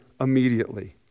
immediately